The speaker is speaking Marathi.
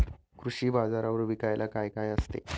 कृषी बाजारावर विकायला काय काय असते?